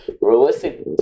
realistic